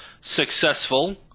successful